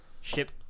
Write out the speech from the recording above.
ship